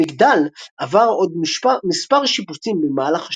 המגדל עבר עוד מספר שיפוצים במהלך השנים,